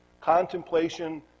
contemplation